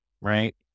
right